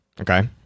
Okay